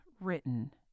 written